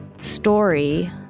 Story